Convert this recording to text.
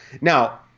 Now